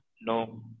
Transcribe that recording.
no